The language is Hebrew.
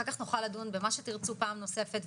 אחר כך נוכל לדון במה שתרצו פעם נוספת,